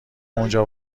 اونجا